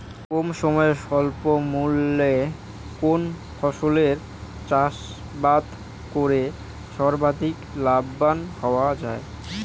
কম সময়ে স্বল্প মূল্যে কোন ফসলের চাষাবাদ করে সর্বাধিক লাভবান হওয়া য়ায়?